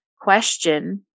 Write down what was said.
question